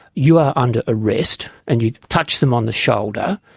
you are under arrest and you touch them on the shoulder,